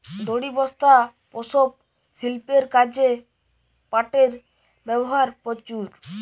দড়ি, বস্তা, পাপোষ, শিল্পের কাজে পাটের ব্যবহার প্রচুর